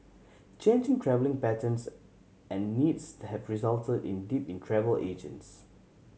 changing travelling patterns and needs have result in a dip in travel agents